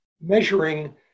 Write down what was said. measuring